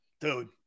Dude